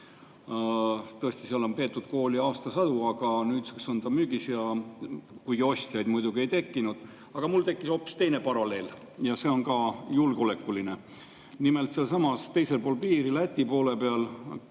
Tõesti, seal on peetud kooli aastasadu, aga nüüdseks on ta müügis, kuigi ostjaid muidugi ei ole tekkinud. Aga mul tekkis hoopis teine paralleel, see on ka julgeolekuline. Nimelt, sealsamas teisel pool piiri Läti poole peal